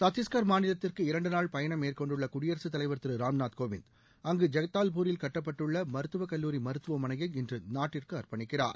சத்தீஷ்கர் மாநிலத்திற்கு இரண்டு நாள் பயணம் மேற்கொண்டுள்ள குடியரசுத் தலைவா் திரு ராம்நாத் கோவிந்த் அங்கு ஜெக்தாவ்பூரில் கட்டப்பட்டுள்ள மருத்துவக் கல்லுாரி மருத்துவமனையை இன்று நாட்டிற்கு அர்ப்பணிக்கிறார்